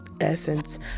essence